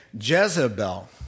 Jezebel